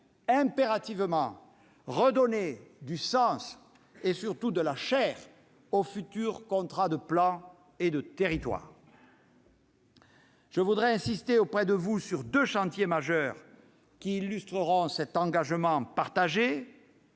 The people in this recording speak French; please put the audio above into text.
impérativement redonner du sens et surtout de la chair au futur contrat de plan et de territoire. Je voudrais insister devant vous sur deux chantiers majeurs, qui illustreront cet engagement partagé.